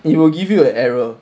it will give you an error